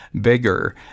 bigger